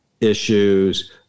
issues